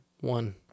one